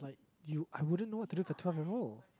you I wouldn't know until they twelve year old